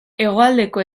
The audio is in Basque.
hegoaldeko